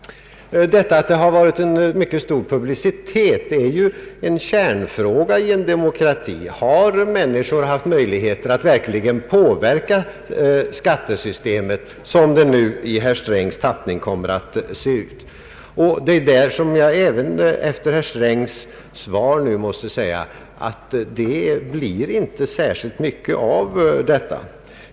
Frågan om publiciteten är ju en kärnfråga i en demokrati. Har människor verkligen haft möjligheter att påverka skattesystemet som det nu kommer att se ut i herr Strängs tappning? Även efter herr Strängs svar nu måste jag säga att det knappast förhåller sig så.